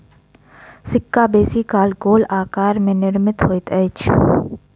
सिक्का बेसी काल गोल आकार में निर्मित होइत अछि